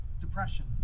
depression